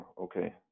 okay